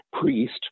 priest